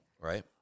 Right